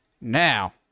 now